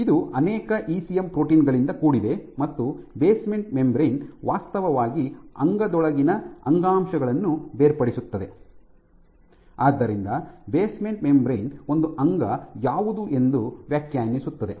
ಇದು ಅನೇಕ ECM protein ಗಳಿಂದ ಕೂಡಿದೆ ಮತ್ತು ಬೇಸ್ಮೆಂಟ್ ಮೆಂಬರೇನ್ ವಾಸ್ತವವಾಗಿ ಅಂಗದೊಳಗಿನ ಅಂಗಾಂಶಗಳನ್ನು ಬೇರ್ಪಡಿಸುತ್ತದೆ ಆದ್ದರಿಂದ ಬೇಸ್ಮೆಂಟ್ ಮೆಂಬರೇನ್ ಒಂದು ಅಂಗ ಯಾವುದು ಎಂದು ವ್ಯಾಖ್ಯಾನಿಸುತ್ತದೆ